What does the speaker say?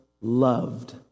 loved